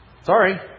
Sorry